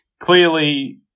clearly